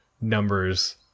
numbers